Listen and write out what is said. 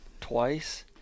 twice